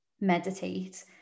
meditate